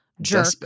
jerk